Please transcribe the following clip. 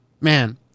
man